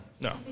No